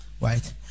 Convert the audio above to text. right